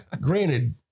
granted